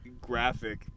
graphic